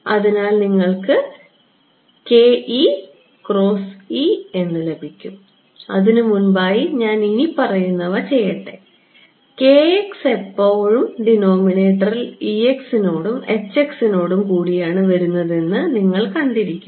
അതിനാൽ നിങ്ങൾക്ക് എന്ന് ലഭിക്കും അതിനു മുൻപായി ഞാൻ ഇനിപ്പറയുന്നവ ചെയ്യട്ടെ എല്ലായ്പ്പോഴും ഡിനോമിനേറ്ററിൽ നോടും നോടും കൂടിയാണ് വരുന്നതെന്ന് നിങ്ങൾ കണ്ടിരിക്കും